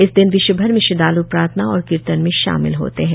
इस दिन विश्वभर में श्रद्वाल् प्रार्थना और कीर्तन में शामिल होते हैं